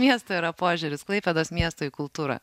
miesto yra požiūris klaipėdos miesto į kultūrą